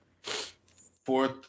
fourth